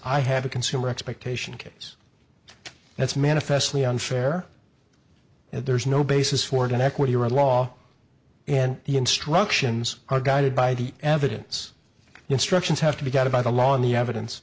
i have a consumer expectation case that's manifestly unfair and there's no basis for an equity or a law and the instructions are guided by the evidence instructions have to be guided by the law on the evidence